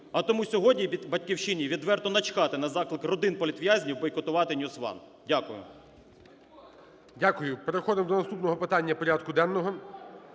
А тому сьогодні від "Батьківщини" відверто начхати на заклик родин політв'язнів бойкотувати NewsOne. Дякую. ГОЛОВУЮЧИЙ. Дякую. Переходимо до наступного питання порядку денного